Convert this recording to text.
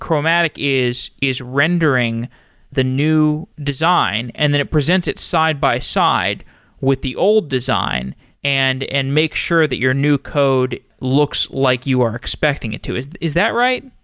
chromatic is is rendering the new design and then it presents it side by side with the old design and and make sure that your new code looks like you are expecting it to, is is that right?